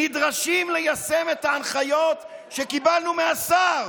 נדרשים ליישם את ההנחיות שקיבלנו מהשר.